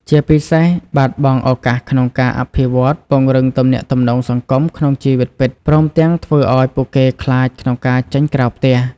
ជាពិសេស បាត់បង់ឱកាសក្នុងការអភិវឌ្ឍ ពង្រឹងទំនាក់ទំនងសង្គមក្នុងជីវិតពិត ព្រមទាំងធ្វើឲ្យពួកគេខ្លាចក្នុងការចេញខាងក្រៅផ្ទះ។